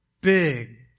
big